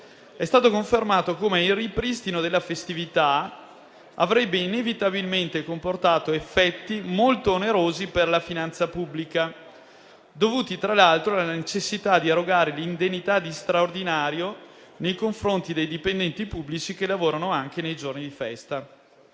è stato confermato come il ripristino della festività avrebbe inevitabilmente comportato effetti molto onerosi per la finanza pubblica, dovuti tra l'altro alla necessità di erogare l'indennità di straordinario nei confronti dei dipendenti pubblici che lavorano anche nei giorni di festa.